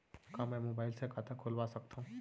का मैं मोबाइल से खाता खोलवा सकथव?